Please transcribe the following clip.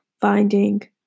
finding